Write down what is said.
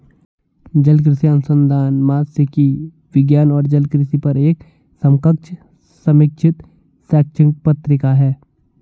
जलकृषि अनुसंधान मात्स्यिकी विज्ञान और जलकृषि पर एक समकक्ष समीक्षित शैक्षणिक पत्रिका है